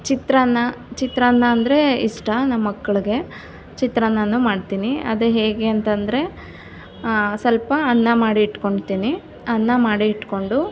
ಚಿತ್ರಾನ್ನ ಚಿತ್ರಾನ್ನ ಅಂದರೆ ಇಷ್ಟ ನಮ್ಮ ಮಕ್ಕಳಿಗೆ ಚಿತ್ರಾನ್ನ ಅನ್ನು ಮಾಡ್ತೀನಿ ಅದು ಹೇಗೆ ಅಂತಂದ್ರೆ ಸ್ವಲ್ಪ ಅನ್ನ ಮಾಡಿ ಇಟ್ಕೊಳ್ತೀನಿ ಅನ್ನ ಮಾಡಿ ಇಟ್ಕೊಂಡು